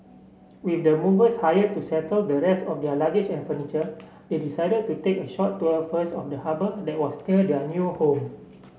with the movers hired to settle the rest of their luggage and furniture they decided to take a short tour first of the harbour that was near their new home